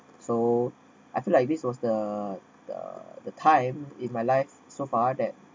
so I feel like this was the the the time in my life so far that